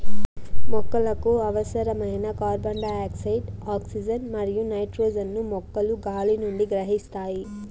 మొక్కలకు అవసరమైన carbon dioxide, oxygen మరియు నైట్రోజన్ ను మొక్కలు గాలి నుండి గ్రహిస్తాయి